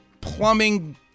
plumbing